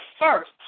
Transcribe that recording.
first